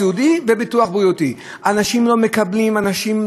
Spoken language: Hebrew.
לא בכדי חוקקנו עכשיו חוק, אנחנו, כמה חברי כנסת,